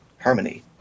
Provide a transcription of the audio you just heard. harmony